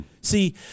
See